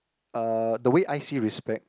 uh the way I see respect